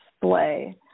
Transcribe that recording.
display